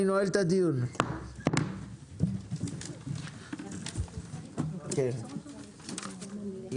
הישיבה ננעל"ה בשעה 11:30.